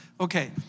Okay